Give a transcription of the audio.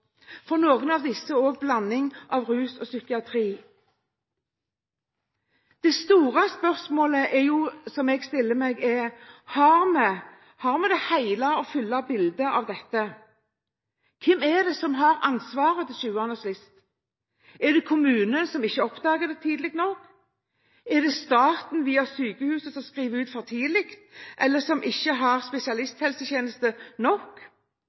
for noen av dem har en blanding av rus og psykiatri. Det store spørsmålet som jeg stiller meg er: Har vi det hele og fulle bildet av dette? Hvem er det som har ansvaret til sjuende og sist? Er det kommunen, som ikke oppdager det tidlig nok? Er det staten, som via sykehuset skriver ut for tidlig, eller som ikke har spesialisthelsetjeneste nok,